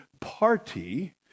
party